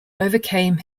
overcame